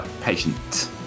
patient